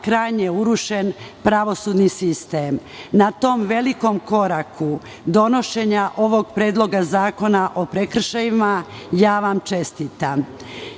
krajnje urušen pravosudni sistem. Na tom velikom koraku donošenja ovog predloga zakona o prekršajima, ja vam čestitam. Baziraću